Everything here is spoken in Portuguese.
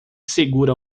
segura